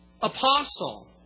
Apostle